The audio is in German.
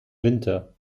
winter